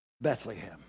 Bethlehem